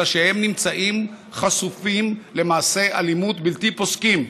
אלא שהם נמצאים חשופים למעשי אלימות בלתי פוסקים.